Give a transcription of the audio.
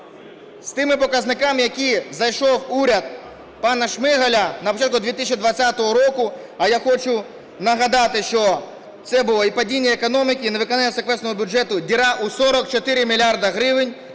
з тими показниками, в які зайшов уряд пана Шмигаля на початку 2020 року, а я хочу нагадати, що це було і падіння економіки, і невиконання секвестру бюджету, діра у 44 мільярди